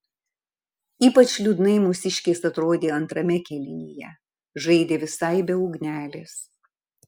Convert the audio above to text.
ypač liūdnai mūsiškės atrodė antrame kėlinyje žaidė visai be ugnelės